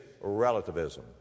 relativism